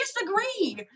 disagree